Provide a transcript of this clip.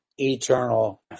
eternal